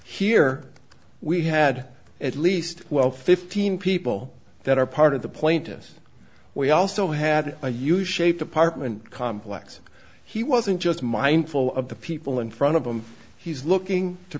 here we had at least twelve fifteen people that are part of the plaintiffs we also had a you shaped apartment complex he wasn't just mindful of the people in front of him he's looking to